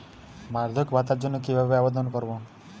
বার্ধক্য ভাতার জন্য কিভাবে আবেদন করতে হয়?